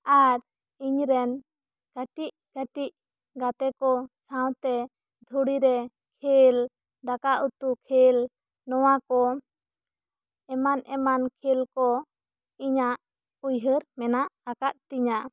ᱟᱨ ᱤᱧ ᱨᱮᱱ ᱠᱟᱹᱴᱤᱡ ᱠᱟᱹᱴᱤᱡ ᱜᱟᱛᱮ ᱠᱚ ᱥᱟᱶ ᱛᱮ ᱫᱷᱩᱲᱤ ᱨᱮ ᱠᱷᱮᱞ ᱫᱟᱠᱟ ᱩᱛᱩ ᱠᱷᱮᱞ ᱱᱚᱣᱟ ᱠᱚ ᱮᱢᱟᱱ ᱮᱢᱟᱱ ᱡᱷᱮᱞ ᱠᱚ ᱤᱧᱟᱹᱜ ᱩᱭᱦᱟᱹᱨ ᱢᱮᱱᱟᱜ ᱟᱠᱟᱫ ᱛᱤᱧᱟᱹ